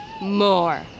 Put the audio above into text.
more